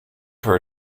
her